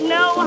no